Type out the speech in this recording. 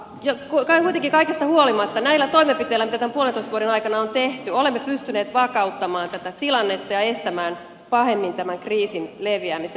kuitenkin kaikesta huolimatta näillä toimenpiteillä mitä tämän puolentoista vuoden aikana on tehty olemme pystyneet vakauttamaan tätä tilannetta ja estämään tämän kriisin leviämisen pahemmin